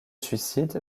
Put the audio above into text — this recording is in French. suicide